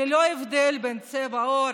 ללא הבדלים של צבע עור,